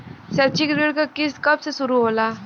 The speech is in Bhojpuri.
शैक्षिक ऋण क किस्त कब से शुरू होला?